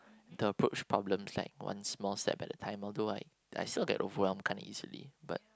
the approach problems like one small step at a time although I I still get overwhelmed kind of easily but